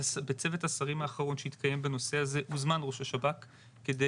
השרים האחרון שהתקיים בנושא הזה הוזמן ראש השב"כ כדי